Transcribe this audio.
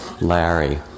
Larry